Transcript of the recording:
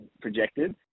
projected